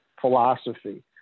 philosophy